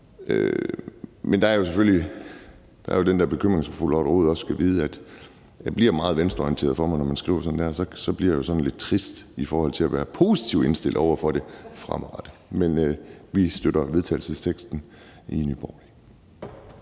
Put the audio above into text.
Men der er jo selvfølgelig, som fru Lotte Rod også skal vide, den der bekymring om, at det bliver meget venstreorienteret for mig, når man skriver sådan der. Og så bliver jeg sådan lidt trist i stedet for at være positivt indstillet over for det fremadrettet. Men vi støtter vedtagelsesteksten i Nye